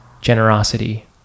generosity